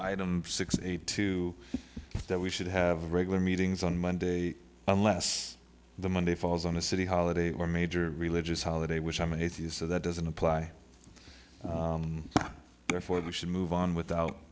item six eight two that we should have regular meetings on monday unless the monday falls on a city holiday or major religious holiday which i'm an atheist so that doesn't apply therefore we should move on without